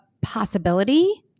possibility